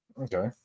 Okay